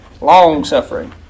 Long-suffering